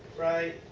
right.